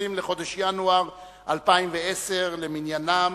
20 בחודש ינואר 2010 למניינם.